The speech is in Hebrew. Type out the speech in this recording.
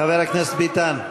חבר הכנסת ביטן,